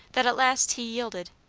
that at last he yielded.